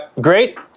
great